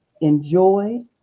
enjoyed